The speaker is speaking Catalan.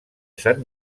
sant